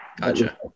Gotcha